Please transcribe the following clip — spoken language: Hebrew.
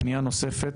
פנייה נוספת,